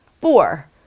Four